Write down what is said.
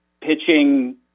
pitching